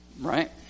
right